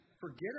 forget